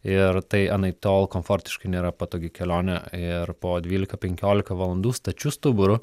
ir tai anaiptol komfortiškai nėra patogi kelionė ir po dvylika penkiolika valandų stačiu stuburu